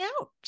out